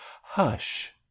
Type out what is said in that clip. Hush